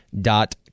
dot